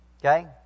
Okay